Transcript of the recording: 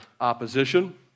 opposition